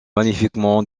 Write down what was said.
magnifiquement